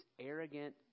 arrogant